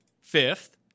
fifth